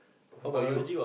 how about you